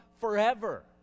forever